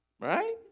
right